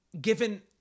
given